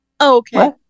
Okay